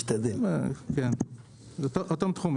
אותם תחומים.